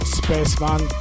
spaceman